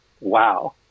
Wow